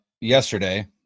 yesterday